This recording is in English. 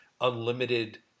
unlimited